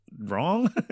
Wrong